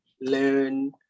learn